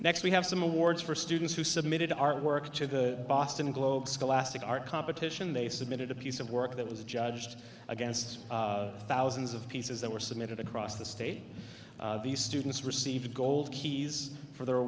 next we have some awards for students who submitted artwork to the boston globe scholastic art competition they submitted a piece of work that was judged against thousands of pieces that were submitted across the state these students received gold keys for their